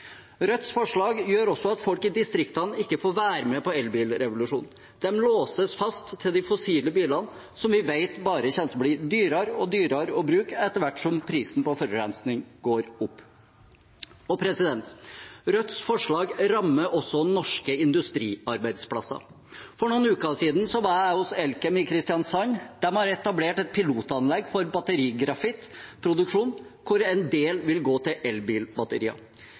folk i distriktene ikke får være med på elbilrevolusjonen. De låses fast til fossilbilene, som vi vet bare kommer til å bli dyrere og dyrere å bruke etter hvert som prisene på forurensning går opp. Rødts forslag rammer også norske industriarbeidsplasser. For noen uker siden var jeg hos Elkem i Kristiansand. De har etablert et pilotanlegg for batterigrafittproduksjon, hvor en del vil gå til elbilbatterier.